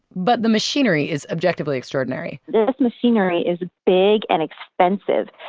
but the machinery is objectively extraordinary this machinery is big and expensive.